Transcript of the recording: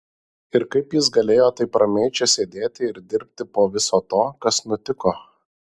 ir kaip jis galėjo taip ramiai čia sėdėti ir dirbti po viso to kas nutiko